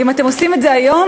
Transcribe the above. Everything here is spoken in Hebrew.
ואם אתם עושים את זה היום,